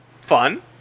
fun